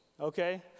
okay